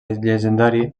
llegendari